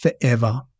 forever